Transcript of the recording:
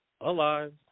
alive